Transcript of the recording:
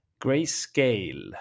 Grayscale